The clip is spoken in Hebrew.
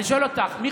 מי